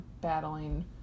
battling